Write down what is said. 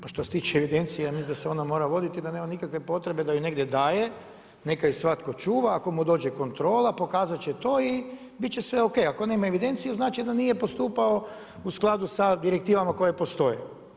Pa što se tiče evidencije ja mislim da se ona mora voditi, da nema nikakva potrebe da je negdje daje, neka ju svatko čuva, a ako mu dođe kontrola, pokazati će to i biti će sve ok, ako nema evidencije, znači da nije postupao u skladu sa direktivama koje postoje.